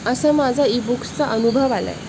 असा माझा इ बुक्सचा अनुभव आला आहे